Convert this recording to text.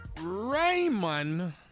Raymond